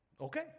Okay